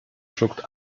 schluckt